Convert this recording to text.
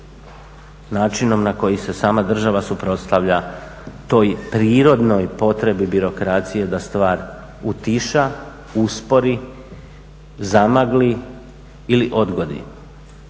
načinom na koji se sama država suprotstavlja toj prirodnoj potrebi birokracije da stvar utiša, uspori, zamagli ili odgodi.